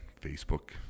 Facebook